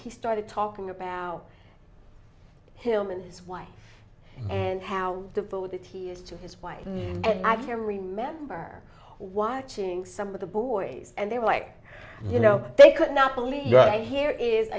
he started talking about him and his wife and how devoted he is to his wife and i can remember watching some of the boys and they were like you know they could not believe that here is a